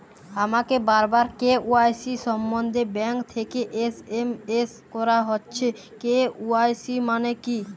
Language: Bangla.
আমাকে বারবার কে.ওয়াই.সি সম্বন্ধে ব্যাংক থেকে এস.এম.এস করা হচ্ছে এই কে.ওয়াই.সি মানে কী?